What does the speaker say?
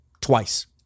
twice